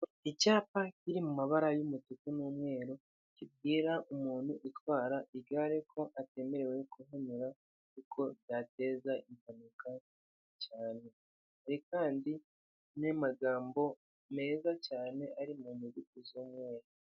Icyapa kiri mu mabara y'umutuku n'umweru kibwira umuntu utwara igare ko atemerewe kuhanyura kuko byateza impanuka cyane, hari kandi n'amagambo meza cyane ari mu nyuguti z'umweru.